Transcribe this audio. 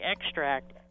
extract